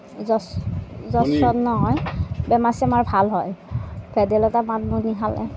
জ্বৰ চৰ জ্বৰ চৰ নহয় বেমাৰ চেমাৰ ভাল হয় ভেদাইলতা মানিমুণি খালে